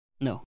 No